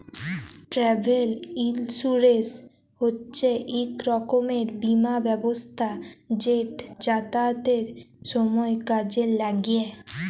travel insurance হছে ইক রকমের বীমা ব্যবস্থা যেট যাতায়াতের সময় কাজে ল্যাগে